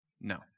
No